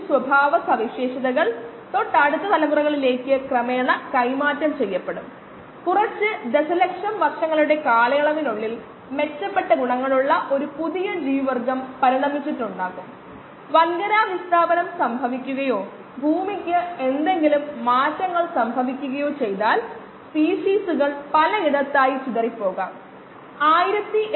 ഈ പ്രത്യേക പ്രോബ്ലത്തിന്റെ ആവശ്യകതകളെ ഈ പ്രോബ്ലത്തിനുളിൽ തന്നിരിക്കുന്നവരുമായി അല്ലെങ്കിൽ അറിയുന്നവരുമായി എങ്ങനെ ബന്ധിപ്പിക്കും